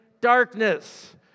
darkness